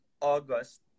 August